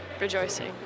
rejoicing